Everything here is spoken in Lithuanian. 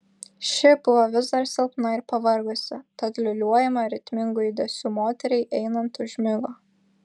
ši buvo vis dar silpna ir pavargusi tad liūliuojama ritmingų judesių moteriai einant užmigo